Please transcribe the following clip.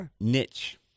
Niche